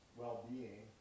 well-being